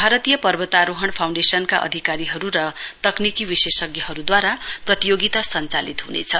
भारतीय पर्वतारोहण फाउण्डेशनका अधिकारीहरू र तक्रिकी विशेषज्ञहरूद्वारा प्रतियोगिता सञ्चालित हुनेछ